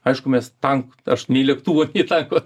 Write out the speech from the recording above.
aišku mes tank aš nei lėktuvo nei tanko